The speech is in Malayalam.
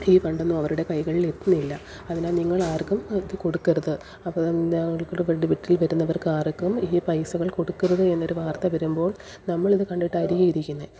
ഈ ഫണ്ടൊന്നും അവരുടെ കൈകളിൽ എത്തുന്നില്ല അതിനാൽ നിങ്ങൾ ആർക്കും അ കൊടുക്കരുത് അപ്പോൾ ആ ഡെബിറ്റിൽ വരുന്നവർക്ക് ആർക്കും ഈ പൈസകൾ കൊടുക്കരുത് എന്നൊരു വാർത്ത വരുമ്പോൾ നമ്മൾ ഇത് കണ്ടിട്ടായിരിക്കും ഇരിക്കുന്നത്